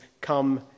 Come